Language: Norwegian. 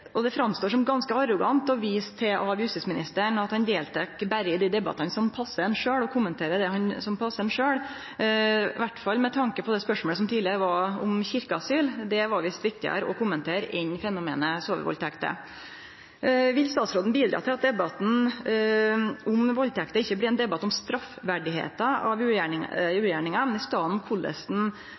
Det verkar ganske arrogant av justisministeren å vise til at han berre deltek i dei debattane som passar han sjølv – kommenterer det som passar han sjølv – i alle fall med tanke på spørsmålet tidlegare, om kyrkjeasyl. Det var det visst viktigare å kommentere enn fenomenet «sovevaldtekter». Vil statsråden bidra til at debatten om valdtekter ikkje blir ein debatt om straffverdien av ugjerningane, men i staden ein debatt om korleis